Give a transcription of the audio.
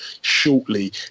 shortly